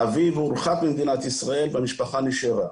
האביב הורחק ממדינת ישראל והמשפחה נשארה.